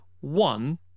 One